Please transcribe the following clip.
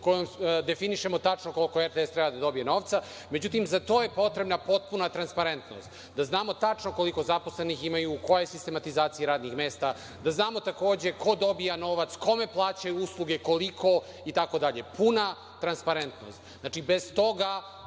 kojom definišemo tačno koliko RTS treba da dobije novca. Međutim, za to je potrebna potpuna transparentnost, da znamo tačno koliko zaposlenih imaju, koje sistematizacije radnih mesta, da znamo takođe ko dobija novac, kome plaćaju usluge, koliko itd? Puna transparentnost. Znači, bez toga